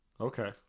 Okay